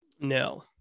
No